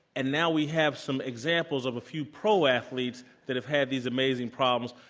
and now we have some examples of a few pro athletes that have had these amazing problems.